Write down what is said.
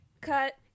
cut